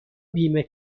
بیمه